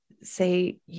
say